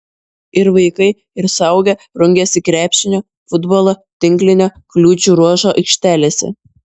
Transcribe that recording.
ir vaikai ir suaugę rungėsi krepšinio futbolo tinklinio kliūčių ruožo aikštelėse